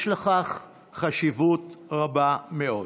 יש לכך חשיבות רבה מאוד.